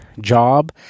job